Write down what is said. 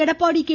Edappadi K